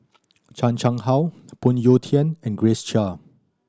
Chan Chang How Phoon Yew Tien and Grace Chia